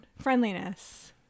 friendliness